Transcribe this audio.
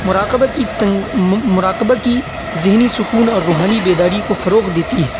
مراقبہ کی تنگ مراقبہ کی ذہنی سکون اور روحانی بیداری کو فروغ دیتی ہے